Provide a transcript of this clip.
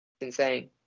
insane